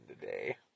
today